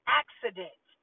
accident